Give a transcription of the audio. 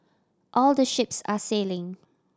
all the ships are sailing